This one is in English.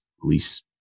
Police